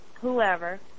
whoever